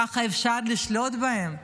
ככה אפשר לשלוט בהם.